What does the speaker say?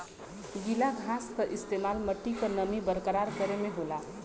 गीला घास क इस्तेमाल मट्टी क नमी बरकरार करे में होला